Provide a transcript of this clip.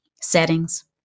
settings